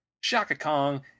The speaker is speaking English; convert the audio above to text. Shaka-Kong